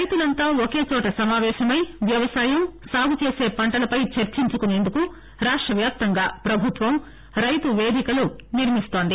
రైతులంతా ఒకే చోట సమాపేశమై వ్యవసాయం సాగు చేసే పంటలపై చర్చించుకుసేందుకు రాష్ట వ్యాప్తంగా ప్రభుత్వం రైతు పేదికలను నిర్మిస్తోంది